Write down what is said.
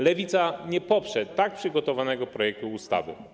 Lewica nie poprze tak przygotowanego projektu ustawy.